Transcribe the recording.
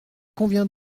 convient